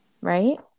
Right